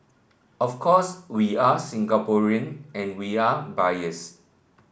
of course we are Singaporean and we are biased